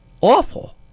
awful